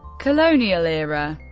colonial era